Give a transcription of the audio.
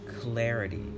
clarity